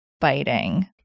biting